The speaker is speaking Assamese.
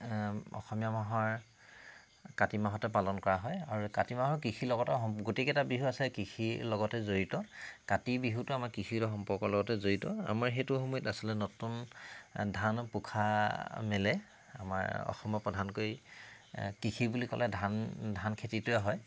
অসমীয়া মাহৰ কাতি মাহতে পালন কৰা হয় আৰু কাতি মাহৰ কৃষিৰ লগতে সম গোটেই কেইটা বিহু আচলতে কৃষিৰ লগতে জড়িত কাতি বিহুটো আমাৰ কৃষিৰ লগত সম্পৰ্কৰ লগতে জড়িত আমাৰ সেইটো সময়ত আচলতে নতুন ধান পোখা মেলে আমাৰ অসমৰ প্ৰধানকৈ কৃষি বুলি ক'লে ধান ধানখেতিটোৱে হয়